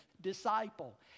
disciple